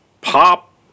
pop